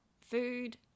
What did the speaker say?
food